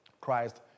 Christ